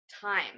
time